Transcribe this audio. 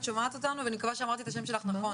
בבקשה.